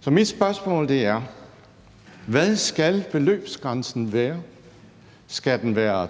Så mit spørgsmål er: Hvad skal beløbsgrænsen være? Skal den være